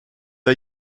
are